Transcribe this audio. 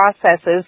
processes